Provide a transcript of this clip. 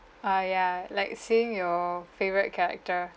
oh ya like seeing your favourite character